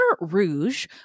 Rouge